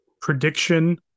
prediction